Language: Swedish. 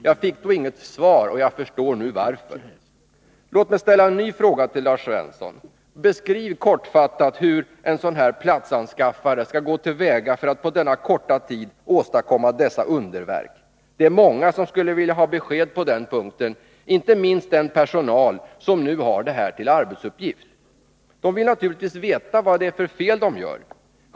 Jag fick då inget svar, och jag förstår nu varför! Låt mig ställa en ny fråga till Lars Svensson: Kan Lars Svensson kortfattat beskriva hur en sådan här ”platsanskaffare” skall gå till väga för att på denna korta tid åstadkomma dessa underverk? Det är många som skulle vilja ha besked på den punkten, inte minst den personal som nu har det här till arbetsuppgift. De vill naturligtvis veta vad det är för fel de gör.